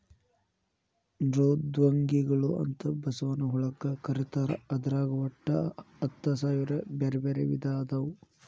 ಮೃದ್ವಂಗಿಗಳು ಅಂತ ಬಸವನ ಹುಳಕ್ಕ ಕರೇತಾರ ಅದ್ರಾಗ ಒಟ್ಟ ಹತ್ತಸಾವಿರ ಬ್ಯಾರ್ಬ್ಯಾರೇ ವಿಧ ಅದಾವು